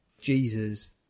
Jesus